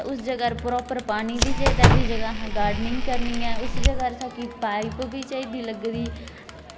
योगा करनी चाहिदी योगा इक बड़ी ही साढ़ी इंडिया च जेह्ड़ी पापूलर होई चुकी मतलब कि इंडियां च योगा